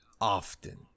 often